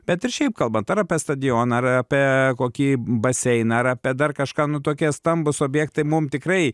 bet ir šiaip kalbant ar apie stadioną ar apie kokį baseiną ar apie dar kažką nu tokie stambūs objektai mum tikrai